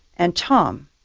and tom,